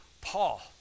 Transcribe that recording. Paul